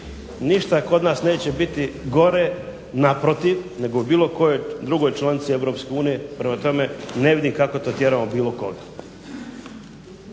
ništa kod nas neće biti gore, naprotiv, nego u bilo kojoj drugoj članici EU. Prema tome, ne vidim kako to tjeramo bilo koga.